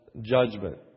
judgment